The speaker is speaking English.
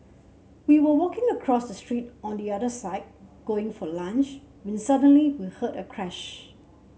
we were walking across the street on the other side going for lunch when suddenly we heard a crash